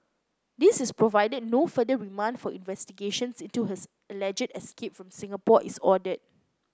this is provided no further remand for investigations into his alleged escape from Singapore is ordered